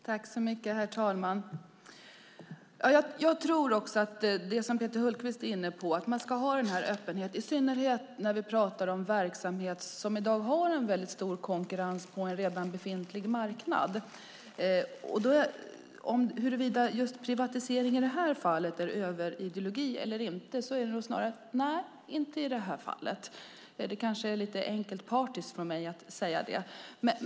Herr talman! Jag tror att man ska ha en öppenhet, som Peter Hultqvist är inne på, i synnerhet när vi pratar om verksamhet som i dag har mycket stor konkurrens på en befintlig marknad. Är privatisering överideologi i det aktuella fallet eller inte? Nej, så är det snarast inte i det här fallet, fast det kanske är lite enkelt partiskt av mig att säga det.